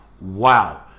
Wow